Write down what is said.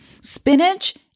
Spinach